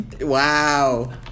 Wow